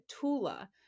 Tula